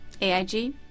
AIG